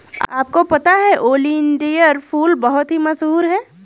आपको पता है ओलियंडर फूल बहुत ही मशहूर है